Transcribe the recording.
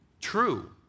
True